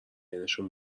بینشون